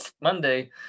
Monday